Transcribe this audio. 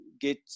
get